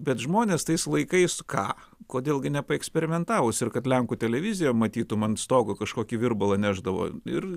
bet žmonės tais laikais ką kodėl gi nepaeksperimentavus ir kad lenkų televiziją matytum ant stogo kažkokį virbalą nešdavo ir